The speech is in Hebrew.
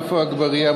עפו אגבאריה,